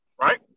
right